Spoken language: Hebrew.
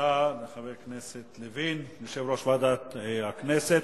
תודה לחבר הכנסת לוין, יושב-ראש ועדת הכנסת.